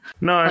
No